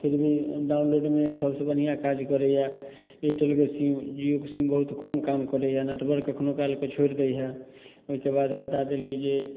फिर भी डॉनलोडमे सबसँ बढ़िऑं काज करैया एयरटेलके सीम जिओके सीम बहुत कम काम करैया नेटवर्क कखनो कालके छोरि दै हइ ओहिके बाद बता देली जे